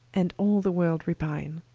and all the world repine